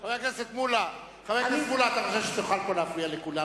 חבר הכנסת מולה, אתה חושב שתוכל פה להפריע לכולם?